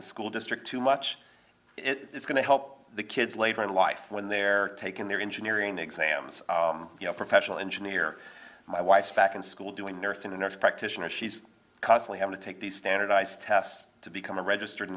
the school district too much it's going to help the kids later in life when they're taking their engineering exams you know professional engineer my wife's back in school doing nursing the nurse practitioner she's cosily have to take these standardized tests to become a registered